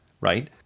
right